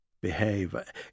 behave